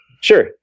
Sure